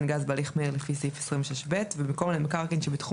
גז בהליך מהיר לפי סעיף 26ב" ובמקום "למקרקעין שבתחום